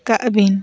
ᱠᱟᱜ ᱵᱤᱱ